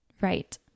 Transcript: Right